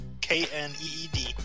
k-n-e-e-d